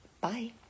Bye